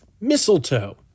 Mistletoe